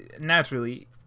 naturally